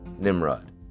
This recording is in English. nimrod